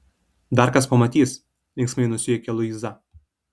dar kas pamatys linksmai nusijuokia luiza